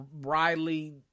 Riley